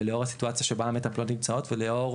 ולאור הסיטואציה שבה המטפלות נמצאות ולאור